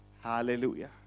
hallelujah